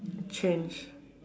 change